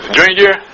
Junior